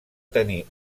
tenir